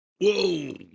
Whoa